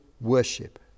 worship